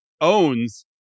owns